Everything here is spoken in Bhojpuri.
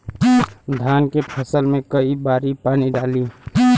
धान के फसल मे कई बारी पानी डाली?